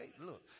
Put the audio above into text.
look